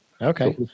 Okay